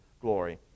glory